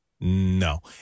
No